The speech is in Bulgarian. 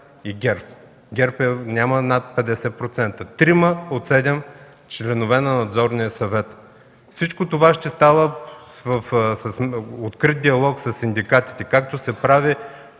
и ГЕРБ. ГЕРБ няма над 50%, а трима от седем членове на Надзорния съвет. Всичко това ще става в открит диалог със синдикатите, както се прави